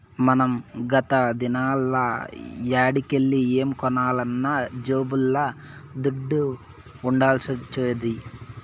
మనం గత దినాల్ల యాడికెల్లి ఏం కొనాలన్నా జేబుల్ల దుడ్డ ఉండాల్సొచ్చేది